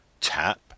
tap